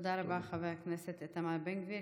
תודה רבה, חבר הכנסת איתמר בן גביר.